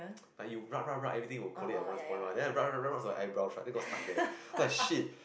like you rub rub rub everything will collapse at one point what then I rub rub rub rub my eyebrows right then it got stuck there then I shit